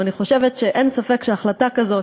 אבל אני חושבת שאין ספק שהחלטה כזאת,